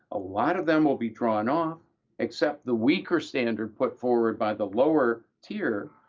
a lot of them will be drawn off except the weaker standard put forward by the lower tier,